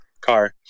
car